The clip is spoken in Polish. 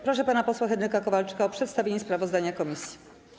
Proszę pana posła Henryka Kowalczyka o przedstawienie sprawozdania komisji.